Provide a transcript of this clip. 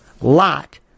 Lot